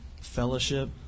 fellowship